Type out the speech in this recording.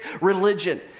religion